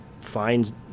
finds